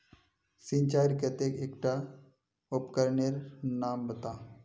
सिंचाईर केते एकटा उपकरनेर नाम बता?